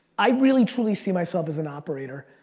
i really truly see myself as an operator.